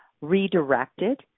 redirected